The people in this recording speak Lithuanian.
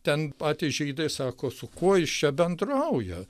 ten patys žydai sako su kuo jūs čia bendraujat